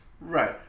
Right